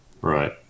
Right